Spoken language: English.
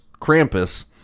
krampus